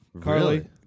carly